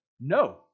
No